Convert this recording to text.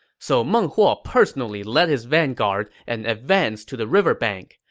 so meng huo personally led his vanguard and advanced to the river bank.